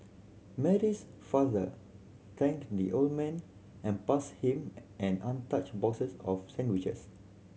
Mary's father thanked the old man and passed him an untouched boxes of sandwiches